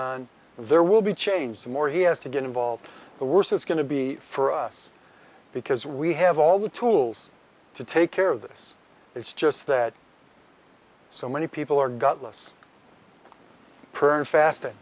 on there will be changed the more he has to get involved the worse it's going to be for us because we have all the tools to take care of this it's just that so many people are gutless prayer and fast